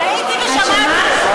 הייתי ושמעתי.